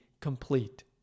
complete